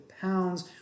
pounds